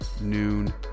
noon